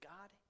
God